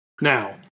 Now